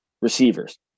receivers